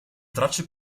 tracce